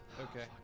Okay